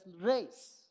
race